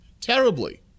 Terribly